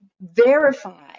verify